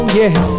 yes